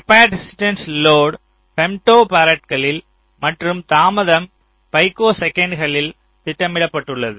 capacitance load ஃபெம்டோஃபாரட்களில் மற்றும் தாமதம் பைக்கோசெகண்டுகளில் திட்டமிடப்பட்டுள்ளது